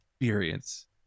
experience